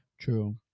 True